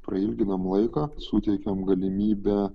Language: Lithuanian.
prailginam laiką suteikiam galimybę